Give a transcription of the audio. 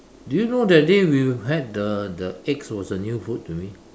do you know that day we had the the eggs was a new food to me